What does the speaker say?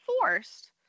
forced